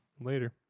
Later